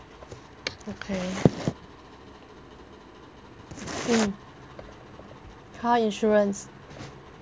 okay mm car insurance